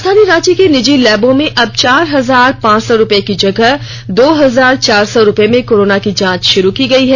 राजधानी रांची के निजी लैबों में अब चार हजार पांच सौ रुपये की जगह दो हजार चार सौ रुपये में कोरोना की जांच षुरू की गई है